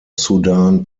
sudan